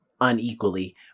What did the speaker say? unequally